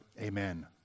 Amen